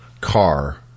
car